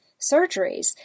surgeries